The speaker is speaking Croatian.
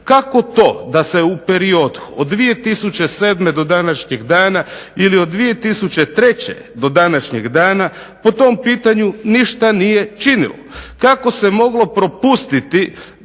Kako to da se u period od 2007. do današnjeg dana ili od 2003. do današnjeg dana po tom pitanju ništa nije činilo. Kako se moglo propustiti